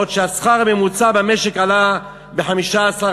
בעוד שהשכר הממוצע במשק עלה ב-15%.